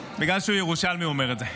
בגלל שהוא ירושלמי הוא אומר את זה.